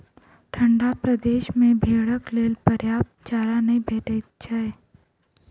ठंढा प्रदेश मे भेंड़क लेल पर्याप्त चारा नै भेटैत छै